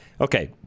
Okay